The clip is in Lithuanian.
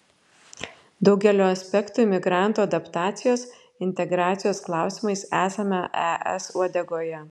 daugeliu aspektų imigrantų adaptacijos integracijos klausimais esame es uodegoje